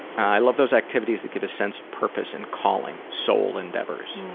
i love those activities that give a sense of purpose and calling soul endeavors.